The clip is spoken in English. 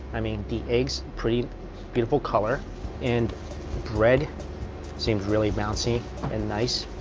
i mean the eggs pretty beautiful color and bread seems really bouncy and nice